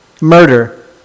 murder